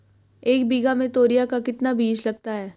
एक बीघा में तोरियां का कितना बीज लगता है?